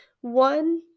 One